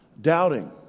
doubting